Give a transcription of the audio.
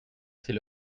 c’est